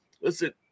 listen